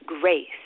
grace